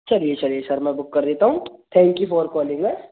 चलिए चलिए सर मैं बुक कर देता हूँ thank you for calling us